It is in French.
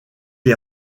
est